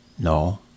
No